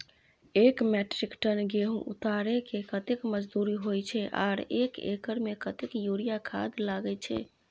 एक metric ton गेहूं उतारेके कतेक मजदूरी होय छै आर एक एकर में कतेक यूरिया खाद लागे छै?